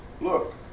Look